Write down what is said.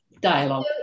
dialogue